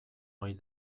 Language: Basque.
ohi